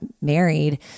married